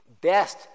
best